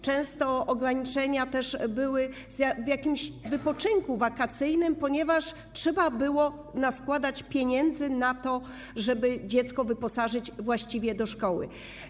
Często były też ograniczenia w jakimś wypoczynku wakacyjnym, ponieważ trzeba było naskładać pieniędzy na to, żeby dziecko wyposażyć właściwie do szkoły.